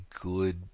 good